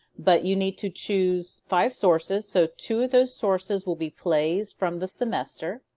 but you need to choose five sources. so two of those sources will be plays from the semester.